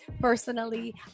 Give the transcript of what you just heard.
personally